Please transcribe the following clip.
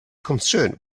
concerned